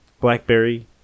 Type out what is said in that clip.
BlackBerry